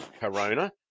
corona